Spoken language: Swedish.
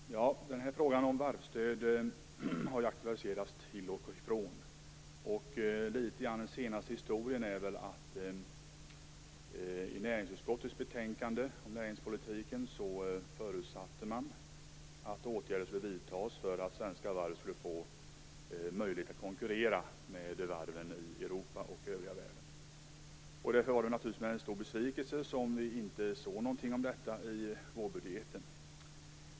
Fru talman! Frågan om varvsstöd har ju aktualiserats till och från. I näringsutskottets betänkande om näringspolitiken förutsatte man att åtgärder skulle vidtas för att svenska varv skulle få möjlighet att konkurrera med varven i Europa och i övriga världen. Därför var det naturligtvis en stor besvikelse att något sådant inte fanns med i vårbudgeten.